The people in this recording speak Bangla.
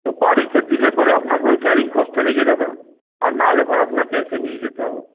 বাড়িতে দিলে পরে আপনাকে ওই ক্যারিং কষ্টটা লেগে যাবে আর নাহলে পর আপনাকে এসে নিয়ে যেতে হবে